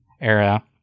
era